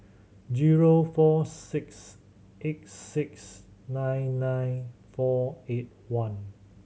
zero four six eight six nine nine four eight one